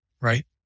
right